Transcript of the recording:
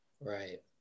Right